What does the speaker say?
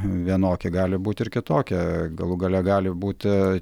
vienokie gali būti ir kitokie galų gale gali būti